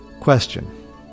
Question